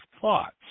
thoughts